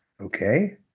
Okay